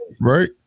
Right